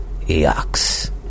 Eox